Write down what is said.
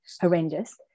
horrendous